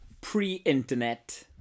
pre-internet